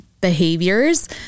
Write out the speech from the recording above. behaviors